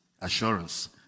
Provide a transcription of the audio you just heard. assurance